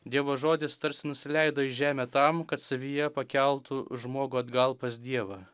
dievo žodis tarsi nusileido į žemę tam kad savyje pakeltų žmogų atgal pas dievą